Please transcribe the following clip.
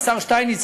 השר שטייניץ,